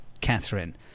Catherine